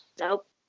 Nope